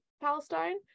Palestine